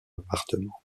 appartement